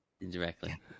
Indirectly